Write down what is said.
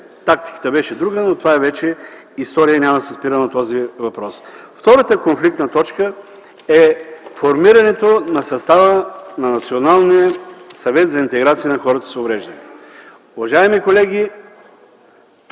тактиката беше друга, но това вече е история и няма да се спирам на този въпрос. Втората конфликтна точка е формирането на състава на Националния съвет за интеграция на хората с увреждания. Уважаеми колеги,